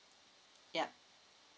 yup